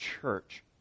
church